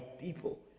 people